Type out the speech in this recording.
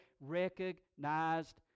recognized